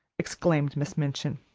exclaimed miss minchin.